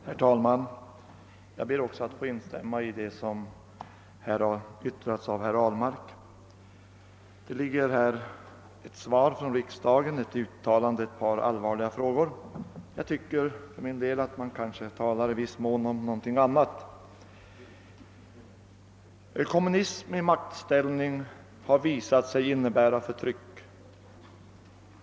Herr talman! Jag ber också att få instämma i vad som här yttrats av herr Ahlmark. Här ligger nu riksdagens svar, dess uttalande i ett par allvarliga frågor, men man talar i viss mån om något annat. Kommunism i maktställning har visat sig innebära förtryck.